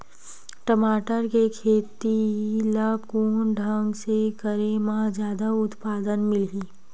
टमाटर के खेती ला कोन ढंग से करे म जादा उत्पादन मिलही?